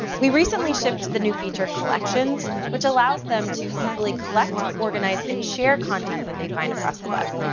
we recently shifted the new feature collections, which allows them to easily collect, organize, and share content that they find across the web.